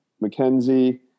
Mackenzie